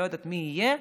לא יודעת מי יהיה,